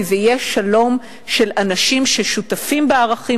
כי זה יהיה שלום של אנשים ששותפים בערכים